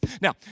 Now